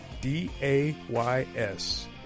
D-A-Y-S